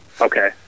Okay